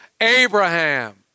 Abraham